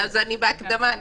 בהקדמה.